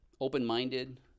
open-minded